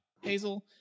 Hazel